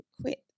quit